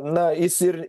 na jis ir